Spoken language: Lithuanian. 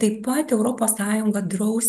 taip pat europos sąjunga draus